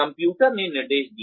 computer ने निर्देश दिया